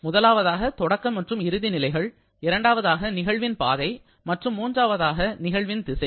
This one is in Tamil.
முதலாவதாக தொடக்க மற்றும் இறுதி நிலைகள் இரண்டாவதாக நிகழ்வின் பாதை மற்றும் மூன்றாவதாக நிகழ்வின் திசை